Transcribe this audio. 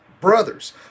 brothers